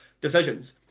decisions